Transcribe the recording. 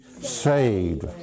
saved